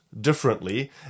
differently